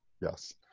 Yes